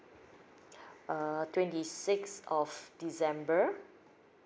err twenty sixth of december